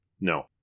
no